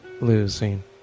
losing